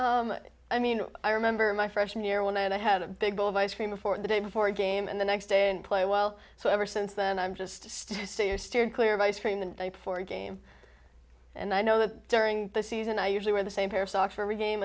season i mean i remember my freshman year when i had a big bowl of ice cream before the day before a game and the next day and play well so ever since then i'm just saying i steered clear of ice cream and for a game and i know that during the season i usually wear the same pair of socks for every game